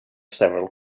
several